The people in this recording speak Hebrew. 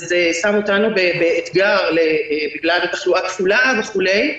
זה שם אותנו באתגר בגלל תחלואה כפולה וכולי.